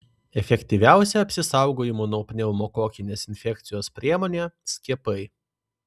efektyviausia apsisaugojimo nuo pneumokokinės infekcijos priemonė skiepai